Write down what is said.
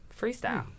freestyle